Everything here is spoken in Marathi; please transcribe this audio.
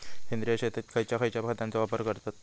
सेंद्रिय शेतात खयच्या खयच्या खतांचो वापर करतत?